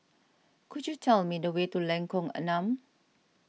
could you tell me the way to Lengkong Enam